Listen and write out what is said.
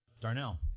Darnell